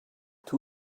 two